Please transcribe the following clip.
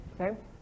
Okay